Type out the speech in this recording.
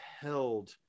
held